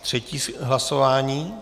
Třetí hlasování.